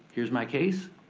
here's my case.